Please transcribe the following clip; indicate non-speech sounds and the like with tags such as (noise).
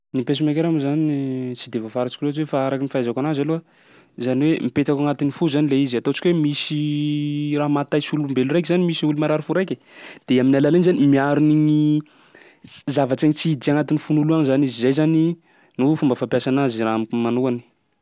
Ny pacemaker moa zany tsy dia voafaritsiko loatsy io fa araky ny fahaizako anazy aloha zany hoe mipetaka ao agnatin'ny fo zany le izy ataontsika hoe misy (hesitation) raha mahataitsy olombelo raiky zany misy olo marary fo raiky de amin'ny alalan'iny zany miaro n'igny s- zavatsy igny tsy hiditsy agnatin'ny fon'olo agny zany izy. Zay zany no fomba fampiasa anazy raha amiko manokana.